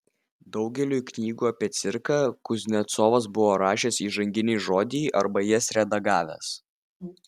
daugeliui knygų apie cirką kuznecovas buvo rašęs įžanginį žodį arba jas redagavęs